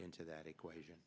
into that equation